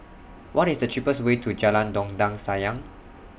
What IS The cheapest Way to Jalan Dondang Sayang